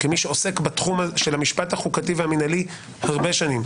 כמי שעוסק בתחום של המשפט החוקתי והמינהלי הרבה שנים,